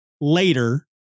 later